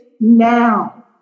now